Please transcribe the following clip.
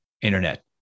internet